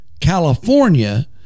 california